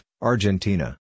Argentina